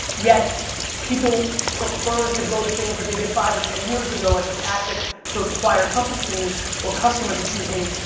yet people prefer to go to things that they did five or ten years ago as a tactic to acquire companies or customers, excuse me,